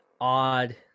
odd